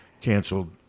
canceled